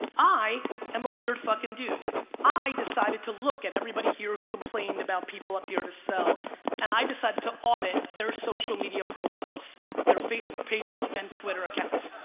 i am a weird fucking dude i decided to look at everybody here who complained about people up here to sell and i decided to audit their social media profiles their facebook pages and twitter accounts